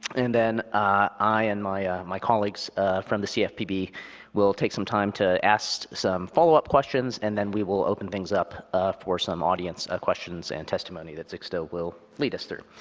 and then i and my ah my colleagues from the cfpb will take some time to ask some follow-up questions, and then we will open things up for some audience ah questions and testimony that zixta will lead us through.